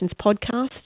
podcast